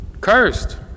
Cursed